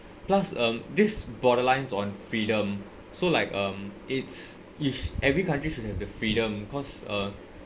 plus um this borderline on freedom so like um it's if every country should have the freedom cause uh